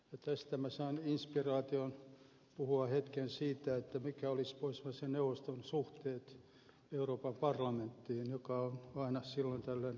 tästä sain inspiraation puhua hetken siitä mitkä olisivat pohjoismaiden neuvoston suhteet euroopan parlamenttiin mistä on aina silloin tällöin keskusteltu